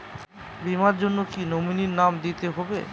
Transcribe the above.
বীমার জন্য কি নমিনীর নাম দিতেই হবে?